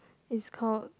it's called